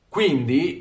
Quindi